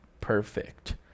perfect